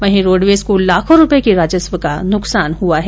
वहीं रोड़वेज को लाखों रुपये के राजस्व का नुकसान हुआ है